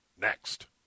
next